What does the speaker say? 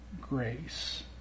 grace